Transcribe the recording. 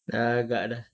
dah agak dah